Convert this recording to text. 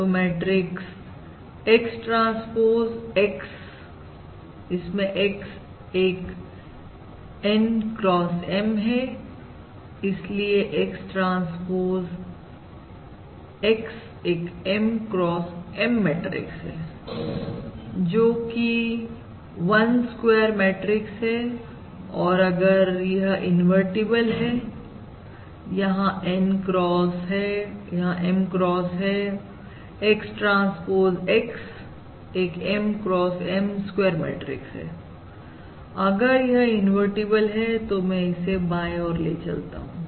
तो matrix X transpose X इसमें X एक N x Mहै इसलिए X ट्रांसपोज X एक M x M मैट्रिक्स है जो कि 1 स्क्वेयर मैट्रिक्स है और अगर यह इनवर्टिबल है यह N x है यह M x है X ट्रांसपोज X एक M x M square matrix है अगर यह इनवर्टिबल है तो मैं इसे बाएं और ले चलता हूं